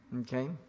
Okay